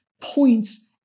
points